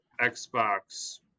Xbox